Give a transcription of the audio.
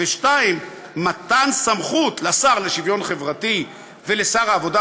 2. מתן סמכות לשר לשוויון חברתי ולשר העבודה,